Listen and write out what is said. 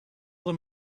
them